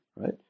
right